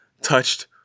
touched